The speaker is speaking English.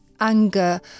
anger